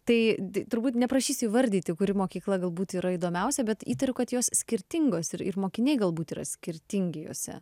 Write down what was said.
tai t turbūt neprašysiu įvardyti kuri mokykla galbūt yra įdomiausia bet įtariu kad jos skirtingos ir ir mokiniai galbūt yra skirtingi jose